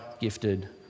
gifted